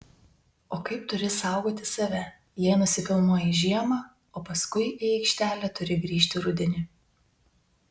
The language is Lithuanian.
o kaip turi saugoti save jei nusifilmuoji žiemą o paskui į aikštelę turi grįžti rudenį